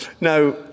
Now